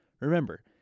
Remember